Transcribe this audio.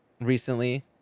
recently